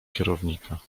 kierownika